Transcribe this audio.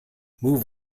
move